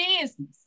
business